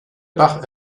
bach